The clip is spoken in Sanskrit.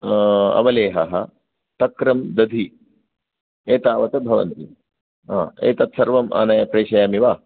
अवलेहः तक्रं दधि एतावत् भवन्ति एतत् सर्वम् आनीय प्रेषयामि वा